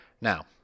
Now